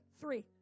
three